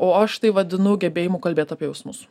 o aš tai vadinu gebėjimu kalbėt apie jausmus